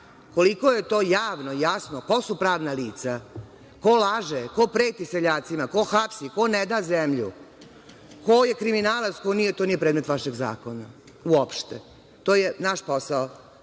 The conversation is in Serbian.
Koliko je to javno i jasno ko su pravna lica, ko laže, ko preti seljacima, ko hapsi, ko ne da zemlju, ko je kriminalac, ko nije to nije predmet vašeg zakona, uopšte. To je naš posao.